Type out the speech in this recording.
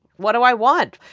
what do i want?